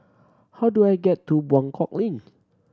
how do I get to Buangkok Link